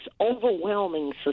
overwhelming